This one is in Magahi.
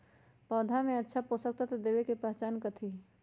पौधा में अच्छा पोषक तत्व देवे के पहचान कथी हई?